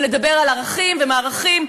לדבר על ערכים ומערכים,